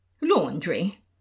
laundry